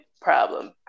problem